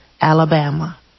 Alabama